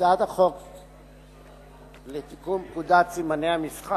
הצעת החוק לתיקון פקודת סימני מסחר